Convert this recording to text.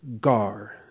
gar